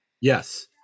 Yes